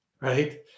right